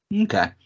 Okay